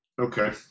Okay